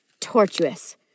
Tortuous